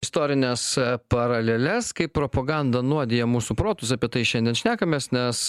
istorines paraleles kaip propaganda nuodija mūsų protus apie tai šiandien šnekamės nes